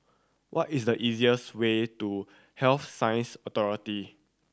what is the easiest way to Health Science Authority